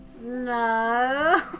No